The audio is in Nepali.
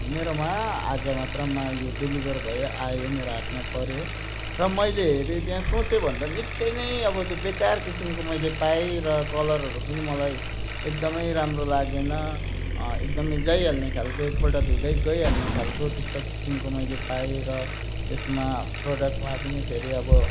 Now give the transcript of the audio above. मेरोमा आज मात्रमा यो डेलिभर भयो आयो मेरो हातमा पर्यो र मैले हेरेँ त्यहाँ सोचेभन्दा निकै नै अब त्यो बेकार किसिमको मैले पाएँ र कलरहरू पनि मलाई एकदमै राम्रो लागेन एकदमै जाइहाल्ने खालको एकपल्ट धुँदै गइहाल्ने खालको त्यस्तो किसिमको मैले पाएँ र यसमा प्रडक्टमा पनि फेरि अब